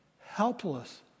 helpless